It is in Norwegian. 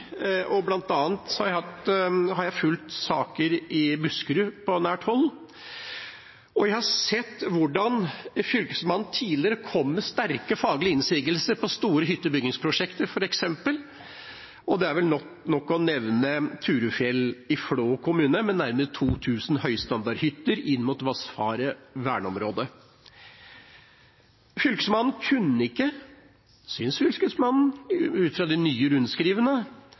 har jeg fulgt saker i Buskerud på nært hold, og jeg har sett hvordan Fylkesmannen tidligere kom med sterke, faglige innsigelser mot store hyttebyggingsprosjekter. Det er vel nok å nevne Turufjell i Flå kommune, med nærmere 2 000 høystandardhytter inn mot Vassfaret verneområde. Fylkesmannen kunne ikke, syns Fylkesmannen, ut fra de nye rundskrivene